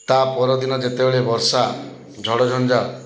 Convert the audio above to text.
ତା ପରଦିନ ଯେତେବେଳେ ବର୍ଷା ଝଡ଼ଝଞ୍ଜା